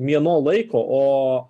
mėnuo laiko o